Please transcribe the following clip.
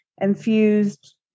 infused